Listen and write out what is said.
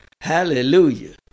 Hallelujah